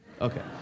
Okay